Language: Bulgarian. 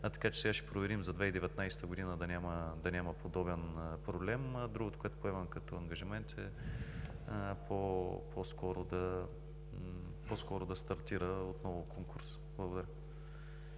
така че сега ще проверим за 2019 г. да няма подобен проблем. Другото, което поемам като ангажимент, е по-скоро отново да стартира конкурс. Благодаря.